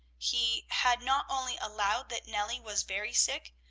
he had not only allowed that nellie was very sick,